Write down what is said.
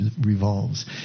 revolves